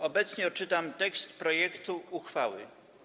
Obecnie odczytam tekst projektu uchwały.